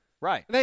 Right